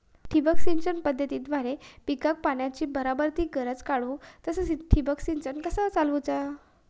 ठिबक सिंचन पद्धतीद्वारे पिकाक पाण्याचा बराबर ती गरज काडूक तसा ठिबक संच कसा चालवुचा?